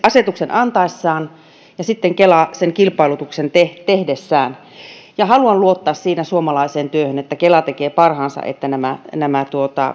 asetuksen antaessaan ja sitten kela sen kilpailutuksen tehdessään haluan luottaa siinä suomalaiseen työhön että kela tekee parhaansa että nämä nämä